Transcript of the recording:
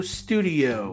studio